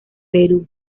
perú